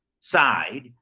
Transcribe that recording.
side